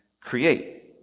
create